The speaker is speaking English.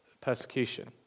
persecution